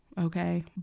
okay